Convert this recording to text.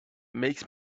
makes